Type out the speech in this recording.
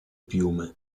piume